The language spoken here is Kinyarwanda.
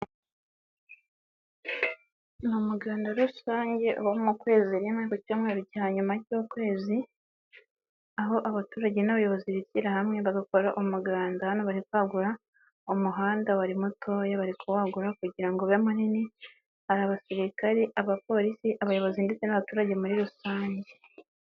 Ni umuganda rusange uba mu kwezi rimwe, ku cyumweru cya nyuma cy'ukwezi, aho abaturage n'abayobozi bishyira hamwe bagakora umuganda, hano bari kwagura umuhanda wari mutoya, bari kuwagura kugira ngo ube munini, hari abasirikari, abapolisi, abayobozi ndetse n'abaturage muri rusange.